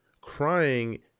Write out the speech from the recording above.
crying